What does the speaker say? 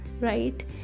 right